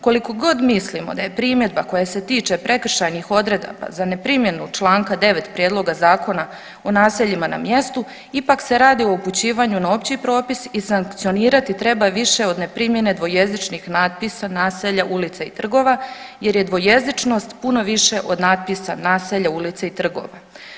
Koliko god mislimo da je primjedba koja se tiče prekršajnih odredaba za neprimjenu Članka 9. prijedloga Zakona o naseljima na mjestu ipak se radi o upućivanju na opći propis i sankcionirati treba više od neprimjene dvojezičnih natpisa naselja, ulica i trgova jer je dvojezičnost puno više od natpisa naselja, ulica i trgova.